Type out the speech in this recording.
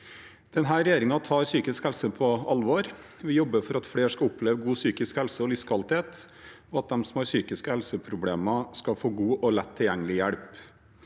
Denne regjeringen tar psykisk helse på alvor. Vi jobber for at flere skal oppleve god psykisk helse og livskvalitet, og at de som har psykiske helseproblemer, skal få god og lett tilgjengelig hjelp.